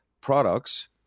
products